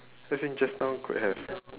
as in just now could have